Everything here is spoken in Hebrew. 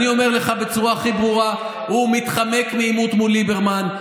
אני אומר לך בצורה הכי ברורה: הוא מתחמק מעימות מול ליברמן.